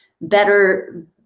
better